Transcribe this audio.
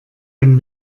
ein